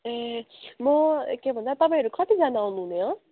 ए म के भन्छ तपाईँहरू कतिजना आउनुहुने हो